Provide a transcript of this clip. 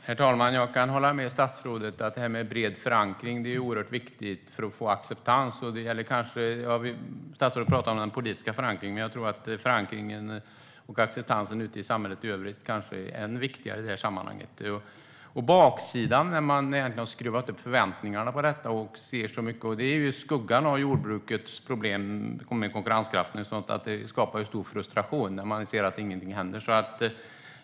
Herr talman! Jag kan hålla med statsrådet om att det är oerhört viktigt med en bred förankring för att få acceptans. Statsrådet pratade om politisk förankring, men jag tror att förankring och acceptans ute i samhället i övrigt kan vara ännu viktigare. Baksidan med att man har skruvat upp förväntningarna på detta och ser så mycket, i skuggan av jordbrukets problem med konkurrenskraft och sådant, är att det skapar stor frustration när ingenting händer.